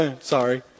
sorry